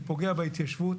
זה פוגע בהתיישבות,